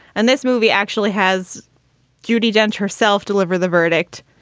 and this movie actually has judi dench herself deliver the verdict.